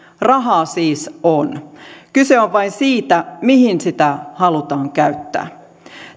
rahaa siis on kyse on vain siitä mihin sitä halutaan käyttää